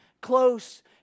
close